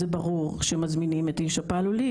זה ברור שמזמינים את איש הפעלולים,